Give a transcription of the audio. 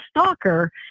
stalker